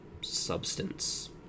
substance